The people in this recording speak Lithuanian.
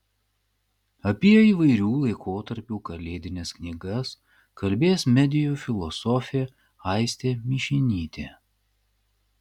apie įvairių laikotarpių kalėdines knygas kalbės medijų filosofė aistė mišinytė